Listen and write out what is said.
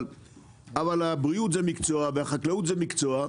אבל הבריאות זה מקצוע והחקלאות זה מקצוע,